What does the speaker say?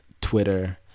Twitter